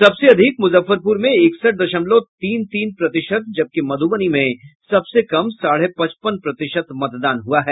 सबसे अधिक मुजफ्फरपुर में इकसठ दशमलव तीन तीन प्रतिशत जबकि मधुबनी में सबसे कम साढ़े पचपन प्रतिशत मतदान हुआ है